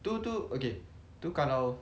tu tu okay tu kalau